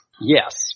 Yes